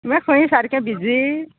आं मळ् खंय सारखें बिझी